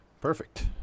Perfect